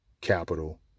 capital